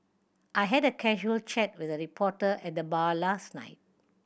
I had a casual chat with a reporter at the bar last night